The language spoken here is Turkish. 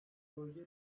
proje